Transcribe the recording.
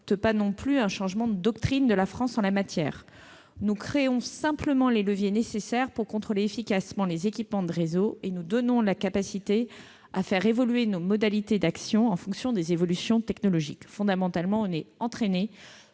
pas non plus un changement de doctrine de la France en la matière. Nous créons simplement les leviers nécessaires pour contrôler efficacement les équipements de réseaux et nous nous donnons la capacité de faire évoluer nos modalités d'action en fonction des évolutions technologiques. Il est évident que nous